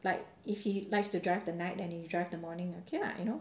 like if he likes to drive the night and if you drive the morning okay lah you know